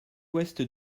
ouest